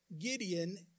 Gideon